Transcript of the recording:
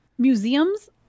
museums